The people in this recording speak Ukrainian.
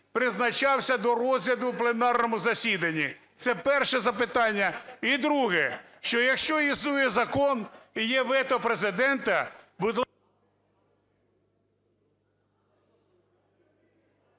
призначався до розгляду в пленарному засіданні? Це перше запитання. І друге, що якщо існує закон і є вето Президента...